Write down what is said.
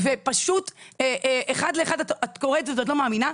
ופשוט אחד לאחד, את קוראת את זה ואת לא מאמינה.